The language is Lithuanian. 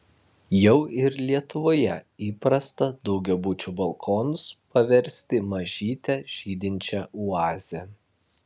jau ir lietuvoje įprasta daugiabučių balkonus paversti mažyte žydinčia oaze